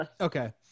Okay